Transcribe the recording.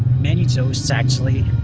many toasts actually,